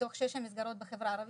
מתוך שש המסגרות בחברה הערבית,